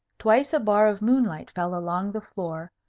twice a bar of moonlight fell along the floor,